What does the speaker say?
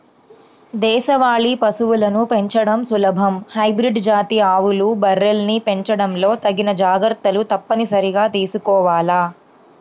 దేశవాళీ పశువులను పెంచడం సులభం, హైబ్రిడ్ జాతి ఆవులు, బర్రెల్ని పెంచడంలో తగిన జాగర్తలు తప్పనిసరిగా తీసుకోవాల